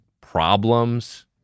Problems